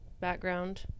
background